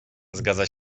zgadza